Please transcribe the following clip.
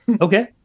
Okay